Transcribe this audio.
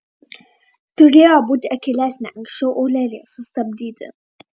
turėjo būti akylesnė anksčiau aureliją sustabdyti